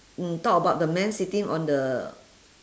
mm talk about the man sitting on the